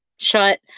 shut